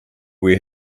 where